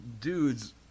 dudes